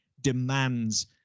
demands